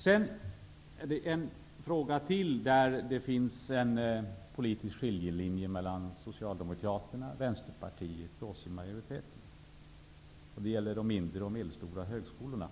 Också i en annan fråga går det en politisk skiljelinje mellan å ena sidan Socialdemokraterna och Vänsterpartiet, å andra sidan oss i majoriteten, och det gäller beträffande de mindre och medelstora högskolorna.